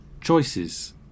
choices